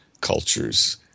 cultures